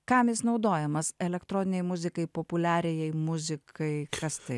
kam jis naudojamas elektroninei muzikai populiariajai muzikai kas tai